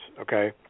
okay